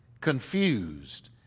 confused